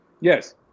Yes